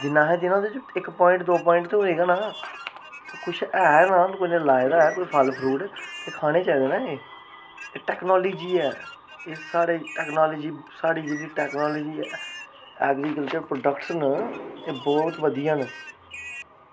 जिन्ना असें देना ऐ इक्क प्वाइंट दो प्वाइंट होऐ ना कुछ ऐ ना कुछ लाए दा ना फल फ्रूट ते खानै चाहिदे ना एह् एह् टेक्नोलॉजी ऐ एह् साढ़ी टेक्नोलॉज़ी साढ़ी टेक्नोलॉज़ी ऐ एग्रीकल्चर प्रोडक्शन एह् बहुत बधिया न